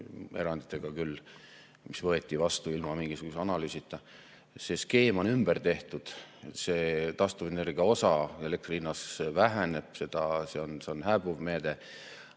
eranditega küll – ja võeti vastu ilma mingisuguse analüüsita. See skeem on ümber tehtud, see taastuvenergia osa elektri hinnas väheneb, see on hääbuv meede.